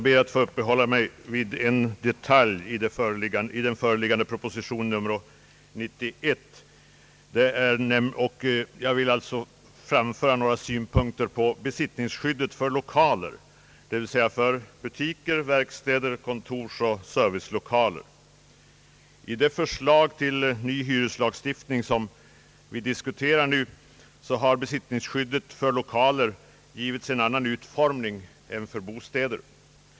Herr talman! Jag vill framföra några synpunkter på besittningsskyddet för lokaler, dvs. för butiker, verkstäder samt kontorsoch servicelokaler. I det förslag till ny hyreslagstiftning som vi nu diskuterar har besittningsskyddet för lokaler givits en annan ut formning än för bostäder.